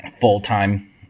full-time